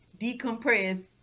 decompress